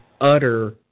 utter